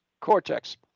Cortex